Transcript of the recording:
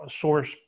source